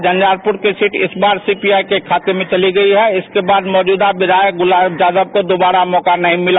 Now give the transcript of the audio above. झंझारपुर की सीट इस बार सीपीआई के खाते में चली गयी है जिसके बाद मौजूदा विधायक गुलाब यादव को दोबारा मौका नहीं मिला